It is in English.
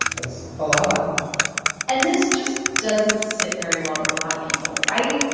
that's a lot and this just doesn't sit very well with a lot of people, right?